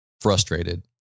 frustrated